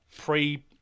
pre